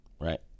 Right